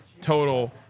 total